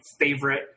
favorite